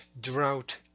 drought